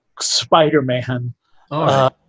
Spider-Man